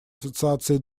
ассоциации